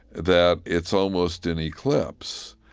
that it's almost an eclipse.